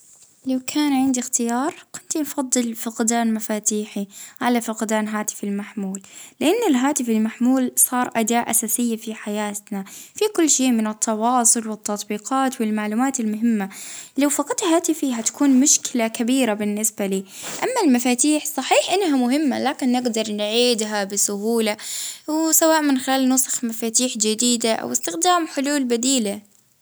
اه نفضل نفقد مفاتيحى على هاتفى لأن هاتفي فيه كل شيء مهم ما نقدرش نفقده.